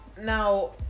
Now